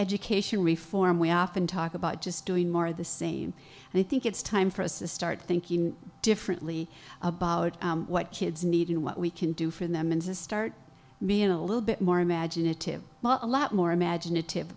education reform we often talk about just doing more of the same and i think it's time for us to start thinking differently about what kids need and what we can do for them and to start being a little bit more imaginative a lot more imaginative